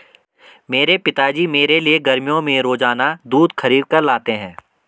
मेरे पिताजी मेरे लिए गर्मियों में रोजाना दूध खरीद कर लाते हैं